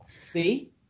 See